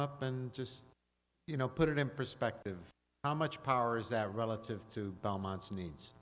up and just you know put it in perspective how much power is that relative to belmont's needs